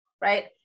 Right